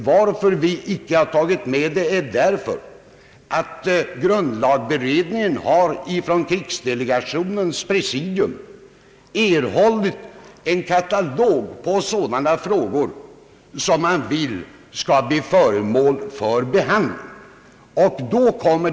Varför vi icke har tagit med den är därför att grundlagberedningen från krigsdelegationens presidium erhållit en katalog på de frågor som man vill skall bli föremål för behandling.